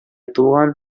тулган